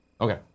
Okay